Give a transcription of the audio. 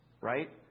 Right